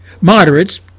Moderates